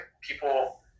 people